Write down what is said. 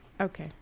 okay